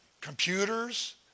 Computers